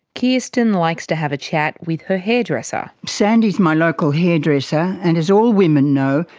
kirsten likes to have a chat with her hairdresser. sandy is my local hairdresser and, as all women know,